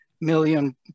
million